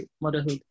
motherhood